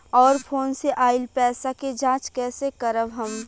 और फोन से आईल पैसा के जांच कैसे करब हम?